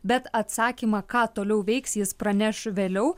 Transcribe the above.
bet atsakymą ką toliau veiks jis praneš vėliau